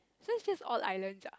so it just odd island ah